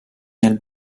nel